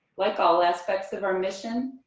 like all aspects of our mission,